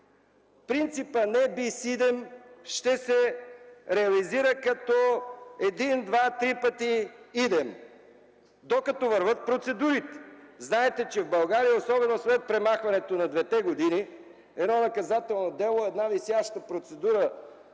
принципът „Ne bis in idem” ще се реализира като един, два, три пъти idem, докато вървят процедурите. Знаете, че в България, особено след премахването на двете години, едно наказателно дело, една висяща процедура